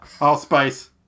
Allspice